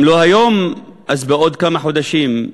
אם לא היום אז בעוד כמה חודשים,